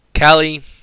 Callie